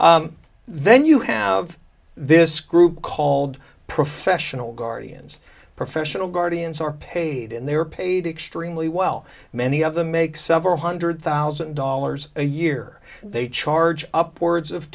then you have this group called professional guardians professional guardians are paid and they're paid extremely well many of them make several hundred thousand dollars a year they charge upwards of